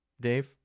Dave